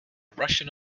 russian